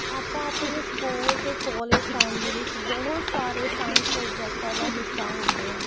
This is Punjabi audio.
ਆਪਾਂ ਆਪਣੇ ਸਕੂਲ ਅਤੇ ਕੋਲੇਜ ਟਾਈਮ ਦੇ ਵਿੱਚ ਬਹੁਤ ਸਾਰੇ ਸਾਇੰਸ ਪ੍ਰੋਜੈਕਟਾਂ ਦਾ ਹਿੱਸਾ ਹੁੰਦੇ ਹਾਂ